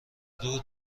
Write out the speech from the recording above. دور